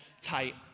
tight